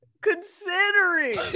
considering